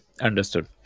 understood